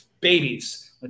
babies